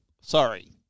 Sorry